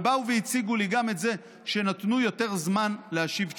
ובאו והציגו לי גם את זה שנתנו יותר זמן להשיב תשובות,